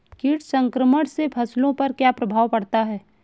कीट संक्रमण से फसलों पर क्या प्रभाव पड़ता है?